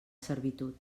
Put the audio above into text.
servitud